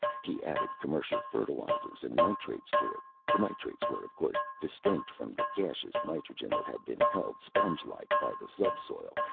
he added commercial fertilizers and nitrates to it the nitrates were, of course, distinct from the gaseous nitrogen that had been held, spongelike, by the subsoil,